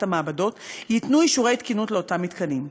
מעבדות ייתנו אישורי תקינות לאותם מתקנים.